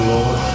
Lord